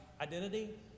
identity